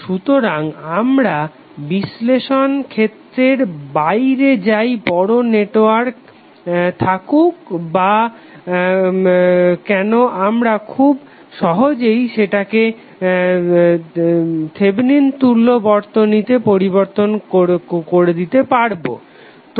সুতরাং আমাদের বিশ্লেষণ ক্ষেত্রের বাইরে যাই বড় নেটওয়ার্ক থাকুক না কেন আমরা খুব সহজেই সেটাকে থেভেনিন তুল্য বর্তনীতে পরিবর্তন করে দিতে পারবো